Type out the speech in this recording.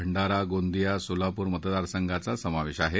भंडारा गोंदिया सोलापूर मतदारसंघाचा समावेश आहे